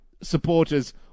supporters